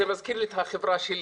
זה מזכיר לי את החברה שלי,